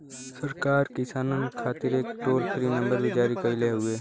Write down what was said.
सरकार किसानन खातिर एक टोल फ्री नंबर भी जारी कईले हउवे